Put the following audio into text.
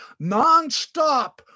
nonstop